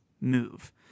move